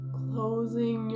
closing